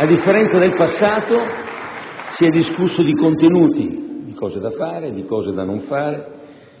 A differenza del passato si è discusso di contenuti, di cose da fare, di cose da non fare,